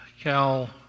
Cal